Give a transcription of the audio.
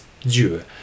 due